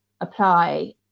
apply